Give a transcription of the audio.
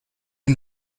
amb